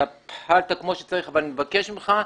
אתה פעלת כמו שצריך אבל אני מבקש ממך,